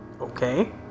Okay